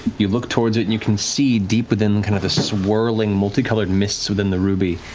you look towards it. you can see, deep within kind of the swirling, multi-colored mists within the ruby,